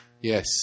Yes